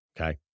Okay